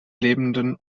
lebenden